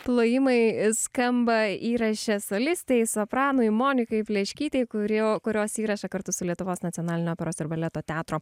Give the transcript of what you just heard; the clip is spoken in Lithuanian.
plojimai skamba įraše solistei sopranui monikai pleškytei kuri kurios įrašą kartu su lietuvos nacionalinio operos ir baleto teatro